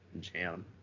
jam